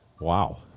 Wow